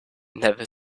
never